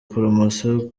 poromosiyo